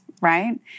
right